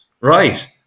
Right